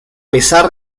pesar